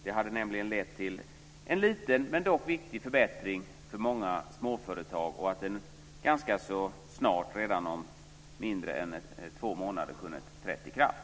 Det hade nämligen lett till en liten, men dock viktig förbättring för många småföretag, och den hade ganska så snart, om mindre än två månader, kunnat träda i kraft.